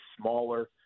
smaller